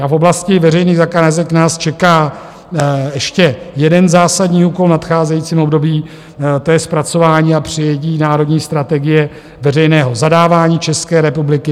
V oblasti veřejných zakázek nás čeká ještě jeden zásadní úkol v nadcházejícím období, to je zpracování a přijetí národní strategie veřejného zadávání České republiky.